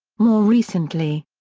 more recently,